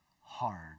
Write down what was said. hard